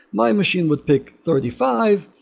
my machine would pick thirty five,